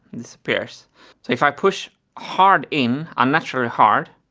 disappears. so if i push hard in, unnaturally hard,